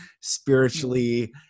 spiritually